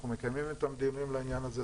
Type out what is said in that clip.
אנחנו מקיימים דיונים על העניין הזה,